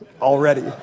already